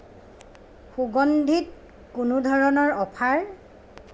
সুগন্ধিত কোনো ধৰণৰ অফাৰ